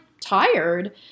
tired